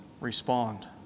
respond